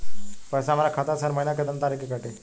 पैसा हमरा खाता से हर महीना केतना तारीक के कटी?